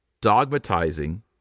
dogmatizing